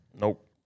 Nope